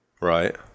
Right